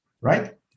right